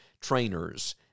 trainers